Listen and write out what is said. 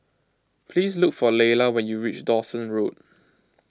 please look for Lela when you reach Dawson Road